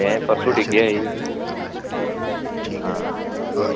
में परसों डिग्गेआ हा हां